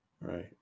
Right